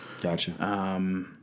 Gotcha